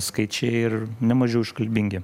skaičiai ir ne mažiau iškalbingi